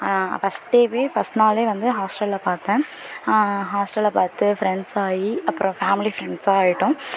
first டேவே first நாளே வந்து ஹாஸ்டலில் பார்த்தேன் ஹாஸ்டலில் பார்த்து ஃபிரெண்ட்ஸாகி அப்புறம் பேமிலி ஃபிரெண்ட்ஸாக ஆகிட்டோம்